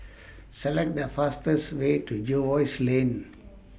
Select The fastest Way to Jervois Lane